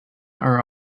are